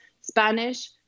Spanish